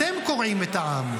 אתם קורעים את העם.